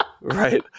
Right